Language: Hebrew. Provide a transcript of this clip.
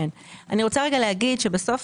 אני רוצה להגיד שבסוף